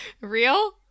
Real